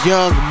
Young